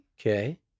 okay